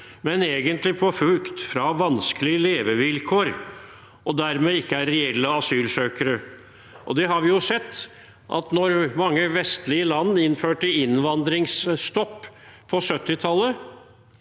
men egentlig på flukt fra vanskelige levevilkår og dermed ikke er reelle asylsøkere. Det vi har sett, er at da mange vestlige land innførte innvandringsstopp på 1970-tallet,